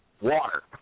Water